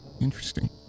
Interesting